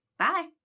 bye